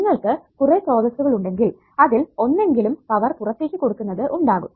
നിങ്ങൾക്ക് കുറെ സ്രോതസ്സുകൾ ഉണ്ടെങ്കിൽ അതിൽ ഒന്നെങ്കിലും പവർ പുറത്തേക്ക് കൊടുക്കുന്നത് ഉണ്ടാകും